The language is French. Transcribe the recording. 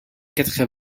quatre